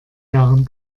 jahren